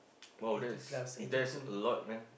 !wow! that is that is a lot meh